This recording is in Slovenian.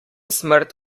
smrt